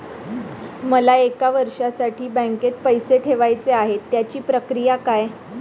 मला एक वर्षासाठी बँकेत पैसे ठेवायचे आहेत त्याची प्रक्रिया काय?